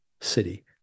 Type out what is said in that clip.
city